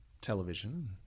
television